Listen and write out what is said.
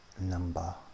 number